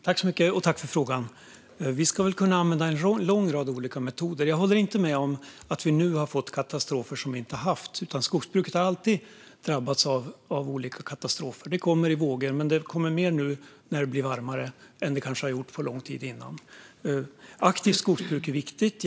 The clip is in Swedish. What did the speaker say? Fru talman! Jag tackar för frågan. Vi ska väl kunna använda en lång rad olika metoder. Jag håller inte med om att vi nu drabbas av katastrofer som inte har funnits tidigare. Skogsbruket har alltid drabbats av olika katastrofer. Det kommer i vågor, men det kommer mer nu när det blir varmare än det kanske gjort under lång tid. Aktivt skogsbruk är viktigt.